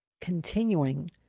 continuing